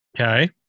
Okay